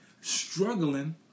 Struggling